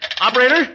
Operator